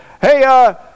hey